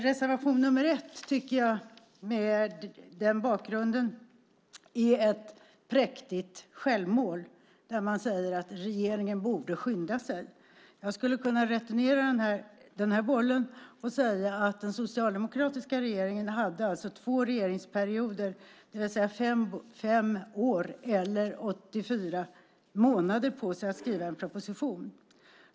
Mot den bakgrunden tycker jag att reservation 1 är ett präktigt självmål. Där säger man att regeringen borde skynda sig. Jag skulle kunna returnera bollen och säga att den socialdemokratiska regeringen hade två regeringsperioder, det vill säga fem år eller 84 månader, på sig för att skriva en proposition.